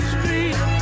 Street